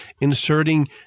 inserting